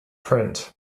print